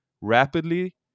rapidly